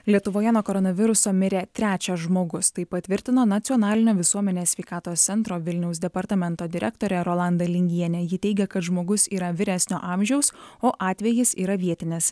lietuvoje nuo koronaviruso mirė trečias žmogus tai patvirtino nacionalinio visuomenės sveikatos centro vilniaus departamento direktorė rolanda lingienė ji teigia kad žmogus yra vyresnio amžiaus o atvejis yra vietinis